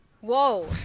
Whoa